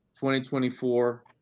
2024 –